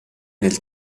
nel